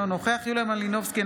אינו נוכח יוליה מלינובסקי,